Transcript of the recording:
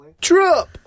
Trump